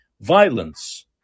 Violence